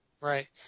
right